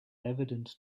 evident